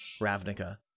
ravnica